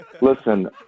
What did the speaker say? Listen